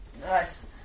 Nice